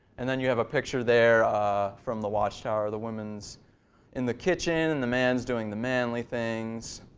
and then you have a picture there ah from the watchtower. the woman is in the kitchen and the man is doing the manly things.